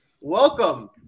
Welcome